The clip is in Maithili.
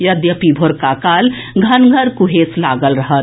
यद्यपि भोरक समय घनगर कुहेस लागल रहत